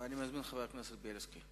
וחברת הכנסת זוארץ שדיברה.